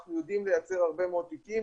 אנחנו יודעים לייצר הרבה מאוד תיקים,